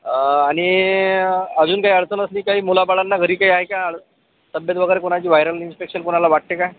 आणि अजून काही अडचण असली काही मुलाबाळांना घरी काही आहे का तब्येत वगैरे कोणाची वायरल इन्फेक्शन कोणाला वाटतं का